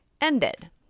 ended